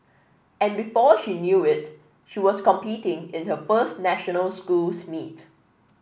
and before she knew it she was competing in her first national schools meet